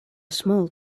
small